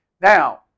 Now